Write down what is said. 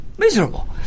Miserable